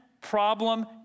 problem